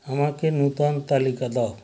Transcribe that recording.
আমাকে নূতন তালিকা দাও